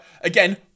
again